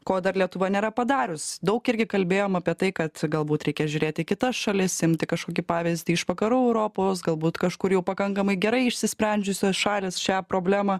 ko dar lietuva nėra padarius daug irgi kalbėjom apie tai kad galbūt reikia žiūrėti į kitas šalis imti kažkokį pavyzdį iš vakarų europos galbūt kažkur jau pakankamai gerai išsisprendžiusios šalys šią problemą